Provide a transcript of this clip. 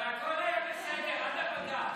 הכול היה בסדר, עד הבג"ץ.